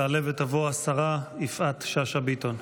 תעלה ותבוא השרה יפעת שאשא ביטון.